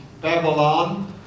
Babylon